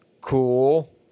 cool